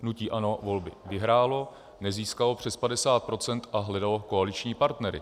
Hnutí ANO volby vyhrálo, nezískalo přes 50 % a hledalo koaliční partnery.